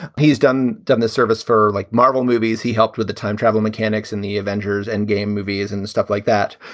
he's done done this service for, like marvel movies. he helped with the time travel mechanics in the avengers and game movies and stuff like that.